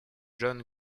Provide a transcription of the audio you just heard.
john